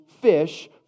fish